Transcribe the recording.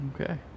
Okay